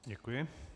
Děkuji.